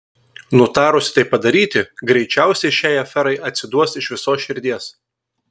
nutarusi tai padaryti greičiausiai šiai aferai atsiduos iš visos širdies